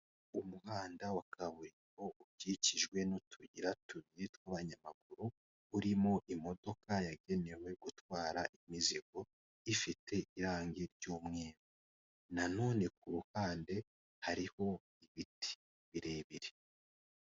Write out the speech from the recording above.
Umuhanda wa kaburimbo ukikijwe n'utuyira tubiri tw'abanyamaguru, urimo imodoka yagenewe gutwara imizigo ifite irangi ry'umweru. Na none ku ruhande hariho ibiti. Birebire.